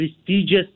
prestigious